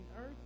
earth